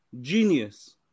Genius